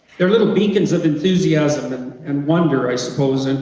they're little beacons of enthousiasm and wonder, i suppose. and